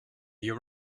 your